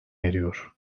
eriyor